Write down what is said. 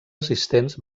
assistents